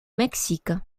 mexique